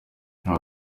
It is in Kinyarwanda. aha